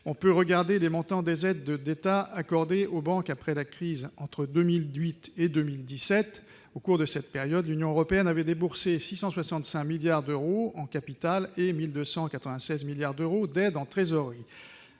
on peut regarder les montants des aides d'État accordées aux banques après la crise entre 2018 et 2017, au cours de cette période, l'Union européenne avait déboursé 665 milliards d'euros en capital et 1296 milliards d'euros d'aide en trésorerie,